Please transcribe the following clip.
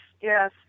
yes